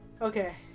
Okay